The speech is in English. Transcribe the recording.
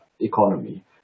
economy